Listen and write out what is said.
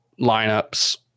lineups